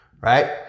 right